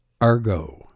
Argo